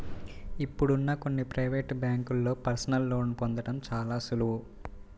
ఇప్పుడు కొన్ని ప్రవేటు బ్యేంకుల్లో పర్సనల్ లోన్ని పొందడం చాలా సులువు